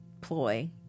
ploy